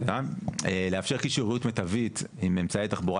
לאפשר קישוריות מיטבית עם אמצעי תחבורה